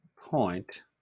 point